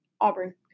Auburn